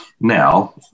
now